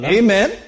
amen